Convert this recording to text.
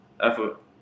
effort